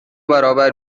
برابر